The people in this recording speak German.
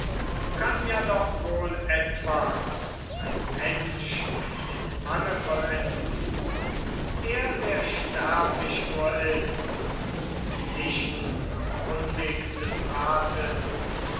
kann ja doch wohl etwas ein mensch dem manne vollenden er der sterblich nur ist und nicht so kundig des rates